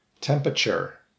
temperature